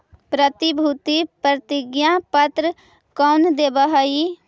प्रतिभूति प्रतिज्ञा पत्र कौन देवअ हई